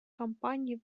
компаний